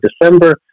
December